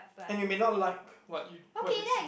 and you may not like what you what you see